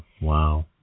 wow